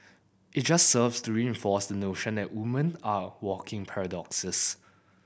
it just serves to reinforce the notion that woman are walking paradoxes